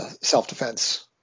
self-defense